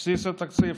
בבסיס התקציב,